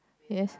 yes